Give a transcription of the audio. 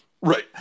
Right